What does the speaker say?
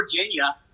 Virginia